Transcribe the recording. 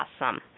awesome